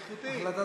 מזל.